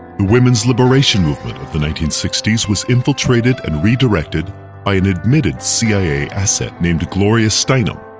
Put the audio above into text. the women's liberation movement of the nineteen sixty s was infiltrated and redirected by an admitted cia asset named gloria steinem.